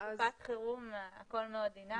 בתקופת חירום הכול מאוד דינאמי.